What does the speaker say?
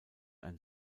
ein